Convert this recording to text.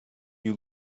you